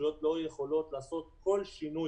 הרשויות לא יכולות לעשות כל שינוי